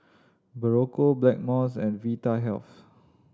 Berocca Blackmores and Vitahealth